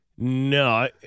No